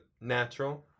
natural